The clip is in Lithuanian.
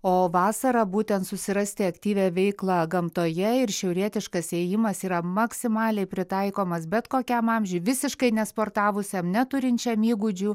o vasarą būtent susirasti aktyvią veiklą gamtoje ir šiaurietiškas ėjimas yra maksimaliai pritaikomas bet kokiam amžiui visiškai nesportavusiam neturinčiam įgūdžių